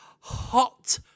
hot